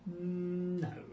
no